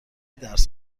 درس